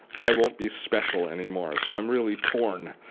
i won't be special anymore. so i'm really torn.